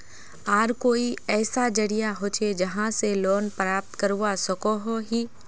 आर कोई ऐसा जरिया होचे जहा से लोन प्राप्त करवा सकोहो ही?